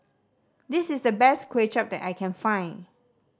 this is the best Kuay Chap that I can find